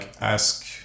ask